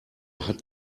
hat